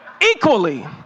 Equally